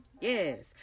yes